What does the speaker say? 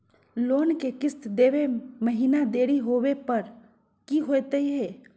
Loan के किस्त देवे महिना देरी होवे पर की होतही हे?